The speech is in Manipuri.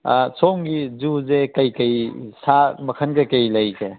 ꯁꯣꯝꯒꯤ ꯖꯨꯁꯦ ꯀꯔꯤ ꯀꯔꯤ ꯁꯥ ꯃꯈꯜ ꯀꯔꯤ ꯀꯔꯤ ꯂꯩꯒꯦ